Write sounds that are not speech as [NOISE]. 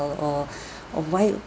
or or [BREATH] or why